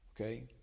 Okay